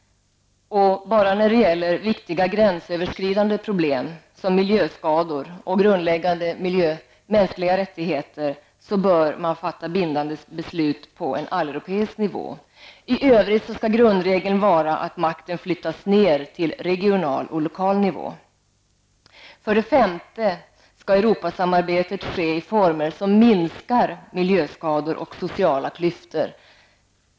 Endast beträffande viktiga gränsöverskridande problem, t.ex. beträffande miljöskador och grundläggande mänskliga rättigheter, bör bindande beslut fattas på alleuropeisk nivå. I övrigt bör grundregeln vara att makten flyttas ner till regional och lokal nivå. 5. Europasamarbetet skall ske i former som minskar miljöskador och sociala klyftor.